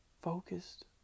focused